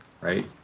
right